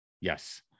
Yes